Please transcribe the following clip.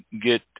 get